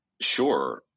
Sure